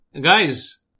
Guys